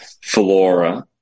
Flora